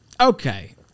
Okay